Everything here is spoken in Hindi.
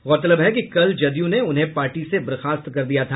गौरतलब है कि कल जदयू ने उन्हें पार्टी से बर्खास्त कर दिया था